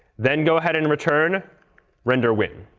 then go ahead and return renderwin.